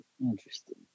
Interesting